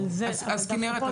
כנרת,